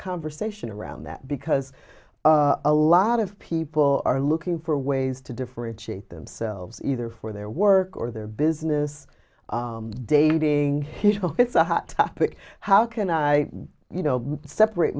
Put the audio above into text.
conversation around that because a lot of people are looking for ways to differentiate themselves either for their work or their business dating it's a hot topic how can i you know separate